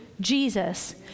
Jesus